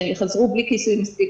שחזרו בלי כיסוי מספיק,